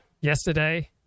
yesterday